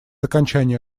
окончания